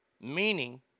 Meaning